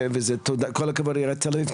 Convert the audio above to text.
וכל הכבוד לעיריית תל אביב,